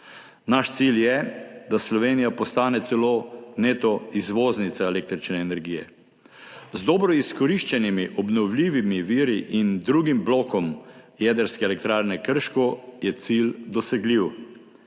Naš cilj je, da Slovenija postane celo neto izvoznica električne energije. Z dobro izkoriščenimi obnovljivimi viri in drugim blokom Jedrske elektrarne Krško je cilj dosegljiv.